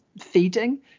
feeding